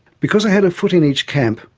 because i had a foot in each camp,